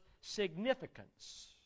significance